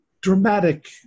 dramatic